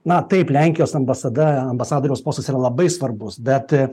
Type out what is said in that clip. na taip lenkijos ambasada ambasadoriaus postas yra labai svarbus bet